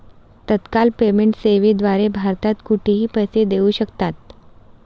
तत्काळ पेमेंट सेवेद्वारे भारतात कुठेही पैसे देऊ शकतात